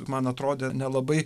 man atrodė nelabai